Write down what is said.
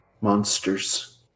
monsters